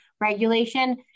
regulation